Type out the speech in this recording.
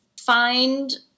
Find